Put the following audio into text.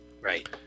Right